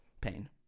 pain